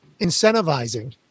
incentivizing